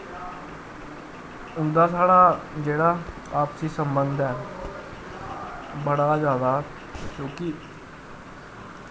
उंदा साढ़ा जेह्ड़ा आपसी संबंध ऐ बड़ा गै जैदा क्योंकि